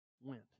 went